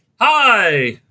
Hi